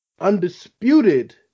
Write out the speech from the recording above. undisputed